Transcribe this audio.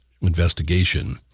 investigation